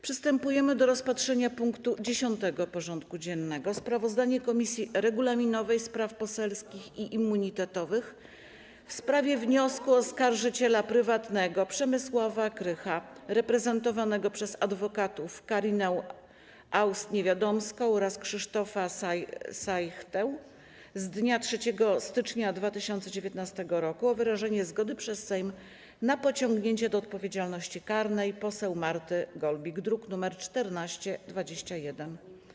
Przystępujemy do rozpatrzenia punktu 10. porządku dziennego: Sprawozdanie Komisji Regulaminowej, Spraw Poselskich i Immunitetowych w sprawie wniosku oskarżyciela prywatnego Przemysława Krycha reprezentowanego przez adwokatów Karinę Aust-Niewiadomską oraz Krzysztofa Sajchtę z dnia 3 stycznia 2019 r. o wyrażenie zgody przez Sejm na pociągnięcie do odpowiedzialności karnej poseł Marty Golbik (druk nr 1421)